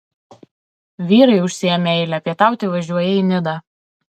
vyrai užsiėmę eilę pietauti važiuoja į nidą